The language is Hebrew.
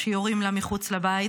שיורים לה מחוץ לבית,